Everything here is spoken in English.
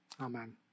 Amen